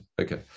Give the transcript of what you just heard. Okay